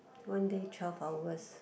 one day twelve hours